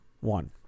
One